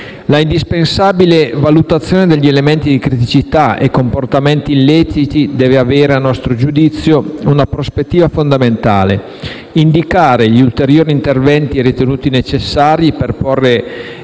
La indispensabile valutazione degli elementi di criticità e dei comportamenti illeciti deve avere, a nostro giudizio, una prospettiva fondamentale: indicare gli ulteriori interventi ritenuti necessari per porre